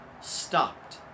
stopped